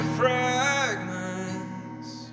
fragments